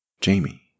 Jamie